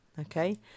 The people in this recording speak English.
okay